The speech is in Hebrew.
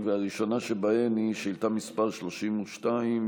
והראשונה שבהן היא שאילתה מס' 32,